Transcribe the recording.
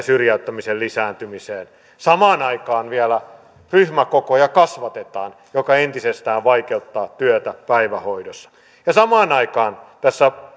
syrjäyttämisen lisääntymiseen samaan aikaan vielä ryhmäkokoja kasvatetaan mikä entisestään vaikeuttaa työtä päivähoidossa ja samaan aikaan tässä